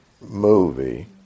movie